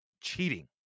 cheating